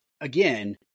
again